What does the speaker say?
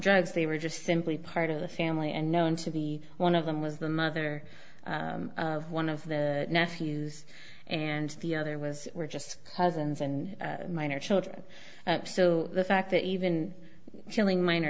drugs they were just simply part of the family and known to be one of them was the mother of one of the nephews and the other was were just cousins and minor children so the fact that even killing minor